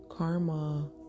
karma